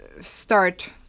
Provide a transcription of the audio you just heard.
start